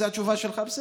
זאת התשובה שלך?